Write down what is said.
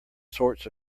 sorts